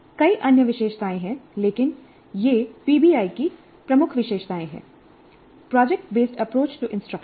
कई अन्य विशेषताएं हैं लेकिन ये पीबीआई की प्रमुख विशेषताएं हैं project based approach to instruction